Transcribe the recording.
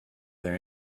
there